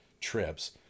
trips